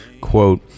Quote